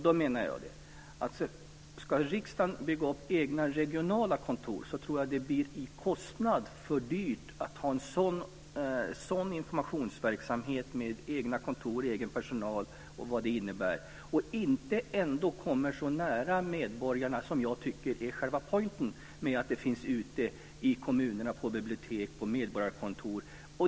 Då menar jag att ska riksdagen bygga upp egna regionala kontor så tror jag att det blir en för dyr kostnad att ha en sådan informationsverksamhet med egna kontor, egen personal och vad det nu innebär, och inte ändå komma så nära medborgarna som jag tycker är själva "pointen" med att finnas ute i kommunerna, på bibliotek och medborgarkontor.